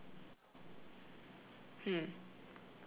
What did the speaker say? hmm